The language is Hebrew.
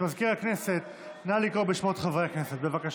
מזכיר הכנסת, נא לקרוא בשמות חברי הכנסת, בבקשה.